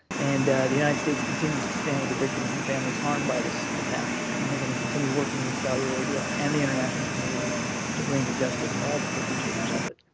and the united states continues to stand with the victims and families harmed by this attack, and we're going to continue working with saudi arabia and the international community to bring to justice all the perpetrators of it.